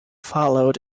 followed